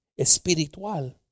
espiritual